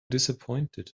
dissapointed